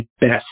best